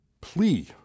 plea